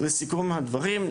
לסיכום הדברים,